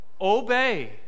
obey